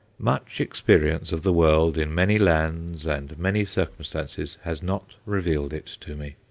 much experience of the world in many lands and many circumstances has not revealed it to me.